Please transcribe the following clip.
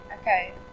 Okay